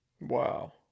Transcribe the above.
Wow